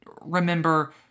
remember